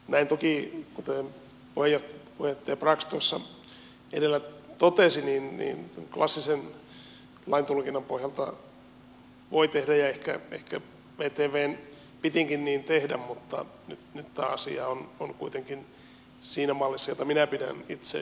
näin toki kuten puheenjohtaja brax tuossa edellä totesi klassisen laintulkinnan pohjalta voi tehdä ja ehkä vtvn pitikin niin tehdä mutta nyt tämä asia on kuitenkin siinä mallissa jota minä pidän itse oikeana